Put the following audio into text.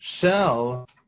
shell